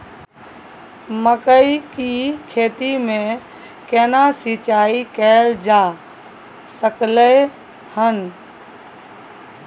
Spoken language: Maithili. मकई की खेती में केना सिंचाई कैल जा सकलय हन?